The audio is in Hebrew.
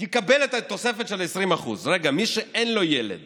יקבל את התוספת של 20%. רגע, מי שאין לו ילד